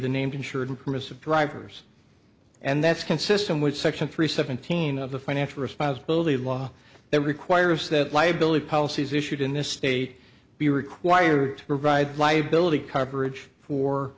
the named insured permissive drivers and that's consistent with section three seventeen of the financial responsibility law that requires that liability policies issued in this state be required to provide liability coverage for